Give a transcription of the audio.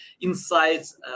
insights